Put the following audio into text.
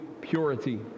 purity